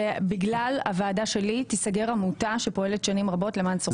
שבגלל הוועדה שלי תיסגר עמותה שפועלת שנים רבות למען ניצולי שואה.